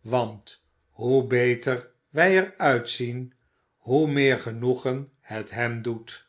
want hoe beter wij er uitzien hoe meer genoegen het hem doet